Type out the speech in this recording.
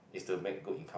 is to make good income